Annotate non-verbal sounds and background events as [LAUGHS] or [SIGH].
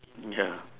[LAUGHS] ya